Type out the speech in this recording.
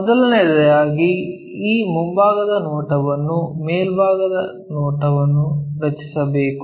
ಮೊದಲನೆಯದಾಗಿ ಈ ಮುಂಭಾಗದ ನೋಟವನ್ನು ಮೇಲ್ಭಾಗದ ನೋಟವನ್ನು ರಚಿಸಬೇಕು